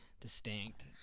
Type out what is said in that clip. distinct